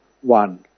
one